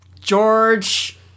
George